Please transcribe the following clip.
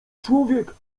człowiek